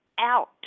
out